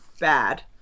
bad